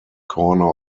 corner